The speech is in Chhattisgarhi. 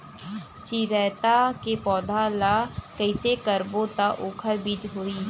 चिरैता के पौधा ल कइसे करबो त ओखर बीज होई?